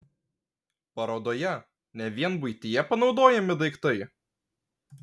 parodoje ne vien buityje panaudojami daiktai